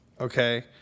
okay